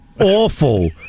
Awful